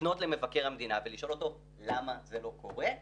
לפנות למבקר המדינה ולשאול אותו למה זה לא קורה?